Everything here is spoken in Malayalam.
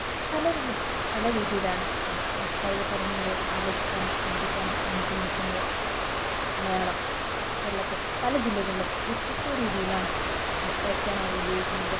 പലരിലും പല രീതിയിലാണ് അവരുടെ സാംസ്കാരിക പാരമ്പര്യങ്ങളെ ആഘോഷിക്കാനും ആദരിക്കാനും മുന്നിട്ടുനിൽക്കുന്നത് മലയാളം കേരളത്തിൽ പല ജില്ലകളിലും വ്യത്യസ്ത രീതിയിലാണ് സംസാരിക്കാനായി ഉപയോഗിക്കുന്നത്